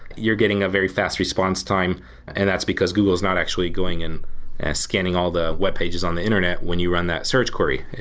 you're getting a very fast response time and that's because google is not actually going in ah scanning all the webpages on the internet when you run that search query.